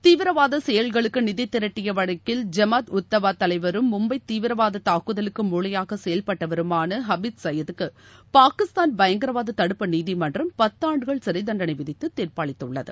தீவிரவாதச் செயல்களுக்கு நிதி திரட்டிய வழக்கில் ஜமாத் உத் தவா தலைவரும் மும்பை தீவிரவாத தாக்குதலுக்கு மூளையாக செயல்பட்டவருமான ஹபீஸ் சயீதுக்கு பாகிஸ்தான் பயங்கரவாத தடுப்பு நீதிமன்றம் பத்து ஆண்டுகள் சிறைத்தண்டனை விதித்து தீர்ப்பளித்துள்ளது